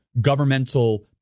governmental